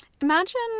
Imagine